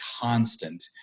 constant